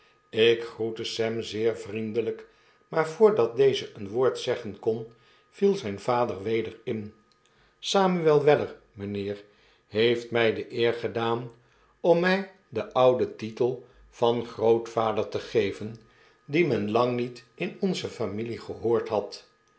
ik groette sam zeer vriendelyk maar voordat deze een woord zeggen kon viel zijn vader weder in samuel weller mynheer heeft mij de eer gedaan om mij den ouden titel van grootvader te geven dien men lang niet in onze familie gehoord had